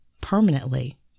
permanently